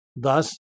Thus